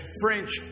French